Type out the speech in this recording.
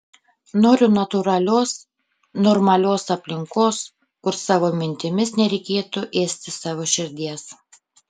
noriu natūralios normalios aplinkos kur savo mintimis nereikėtų ėsti savo širdies